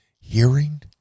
hearing